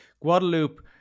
Guadeloupe